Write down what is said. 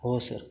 हो सर